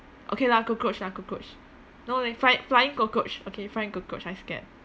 okay lah cockroach lah cockroach no leh fly~ flying cockroach okay flying cockroach I scared